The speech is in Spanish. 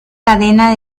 cadena